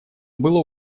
было